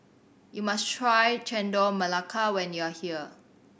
you must try Chendol Melaka when you are here